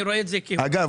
אגב,